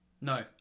No